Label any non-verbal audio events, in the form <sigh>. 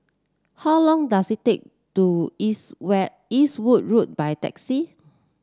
how long does it take to <unintelligible> Eastwood Road by taxi